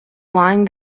lying